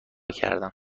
کردم